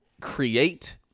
create